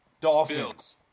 Dolphins